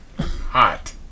Hot